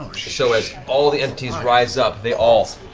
so as all the entities rise up, they all